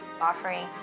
offering